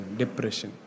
depression